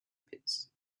pits